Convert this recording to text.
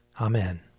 Amen